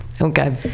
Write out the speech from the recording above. Okay